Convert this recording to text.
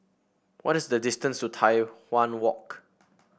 what is the distance to Tai Hwan Walk